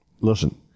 Listen